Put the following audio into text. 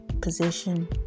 position